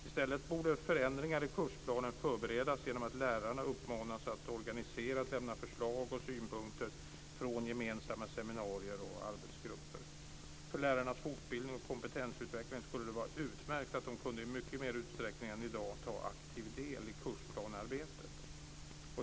I stället borde förändringar i kursplanen förberedas genom att lärarna uppmanas att organiserat lämna förslag och synpunkter från gemensamma seminarier och arbetsgrupper. För lärarnas fortbildning och kompetensutveckling skulle det vara utmärkt om de i mycket större utsträckning än i dag kunde ta aktiv del i kursplanearbetet.